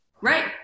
Right